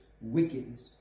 wickedness